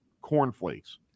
cornflakes